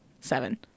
seven